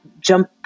jump